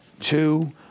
Two